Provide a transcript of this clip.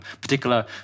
particular